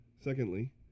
Secondly